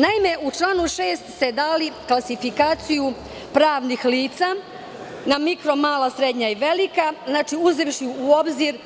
Naime, u članu 6. ste dali klasifikaciju pravnih lica na mikro mala, srednja i velika, uzevši u obzir